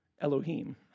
Elohim